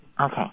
Okay